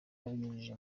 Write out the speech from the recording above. abinyujije